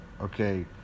okay